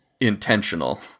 intentional